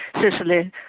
Sicily